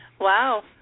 wow